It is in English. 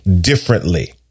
differently